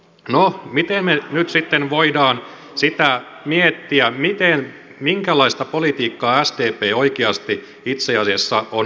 no miten me nyt sitten voimme sitä miettiä minkälaista politiikkaa sdp oikeasti itse asiassa on ajanut